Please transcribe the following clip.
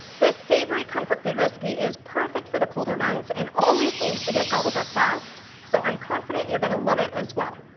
this savory comfort food recipe is perfect for the colder months and always seems to get gobbled up fast so i'm confident you're gonna love it, as well.